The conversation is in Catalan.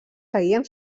seguien